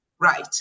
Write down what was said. right